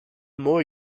more